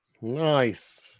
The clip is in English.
Nice